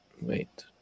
Wait